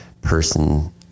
person